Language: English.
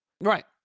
Right